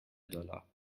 dollar